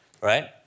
right